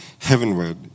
heavenward